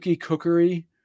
Cookery